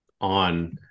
on